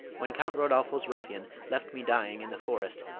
when count rodolpho's ruffian left me dying in the forest,